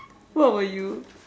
what will you